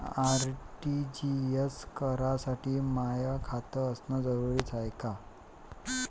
RTGS करासाठी माय खात असनं जरुरीच हाय का?